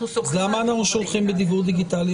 למה אנחנו שולחים הודעת קנס בדיוור דיגיטלי?